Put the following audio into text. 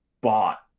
bought